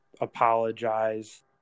apologize